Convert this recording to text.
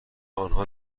آنها